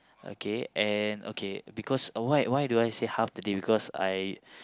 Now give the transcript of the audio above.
okay and okay because why why do I say half the day because I